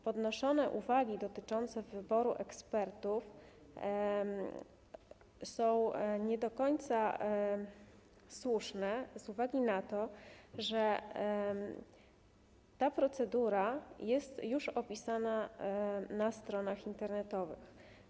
Podnoszone uwagi dotyczące wyboru ekspertów są nie do końca słuszne z uwagi na to, że ta procedura jest już opisana na stronach internetowych.